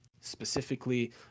specifically